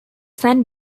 sun